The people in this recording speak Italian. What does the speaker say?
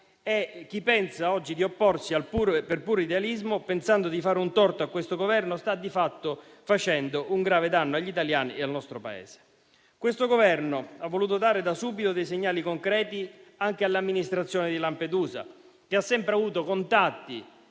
Chi pensa oggi di opporsi per puro idealismo, pensando di fare un torto a questo Governo, sta di fatto facendo un grave danno agli italiani e al nostro Paese. Questo Governo ha voluto dare da subito dei segnali concreti anche all'amministrazione di Lampedusa, che ha sempre avuto contatti